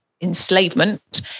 enslavement